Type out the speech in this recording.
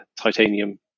titanium